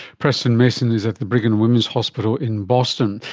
preston mason is at the brigham and women's hospital in boston.